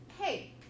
hey